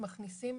אנחנו מכניסים